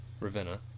Ravenna